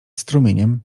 strumieniem